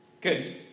Good